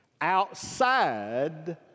outside